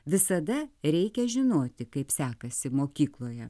visada reikia žinoti kaip sekasi mokykloje